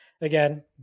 again